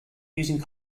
using